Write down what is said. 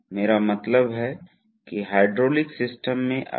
अगले पर चलते हैं प्रवाह नियंत्रण वाल्व